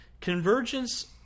convergence